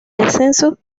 descenso